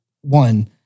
one